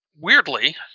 weirdly